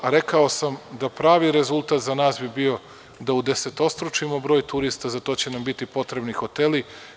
Rekao sam da bi pravi rezultat za nas bio da udesetostručimo broj turista, ali za to će nam biti potrebni hoteli.